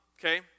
okay